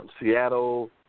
Seattle